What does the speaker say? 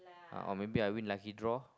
or maybe I win lucky draw